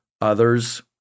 others